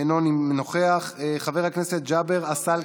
אינו נוכח, חבר הכנסת ג'אבר עסאקלה,